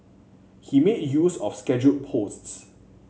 he made use of scheduled posts